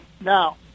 Now